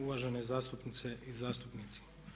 Uvažene zastupnice i zastupnici.